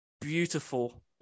beautiful